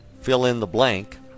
fill-in-the-blank